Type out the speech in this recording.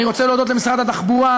אני רוצה להודות למשרד התחבורה,